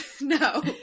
No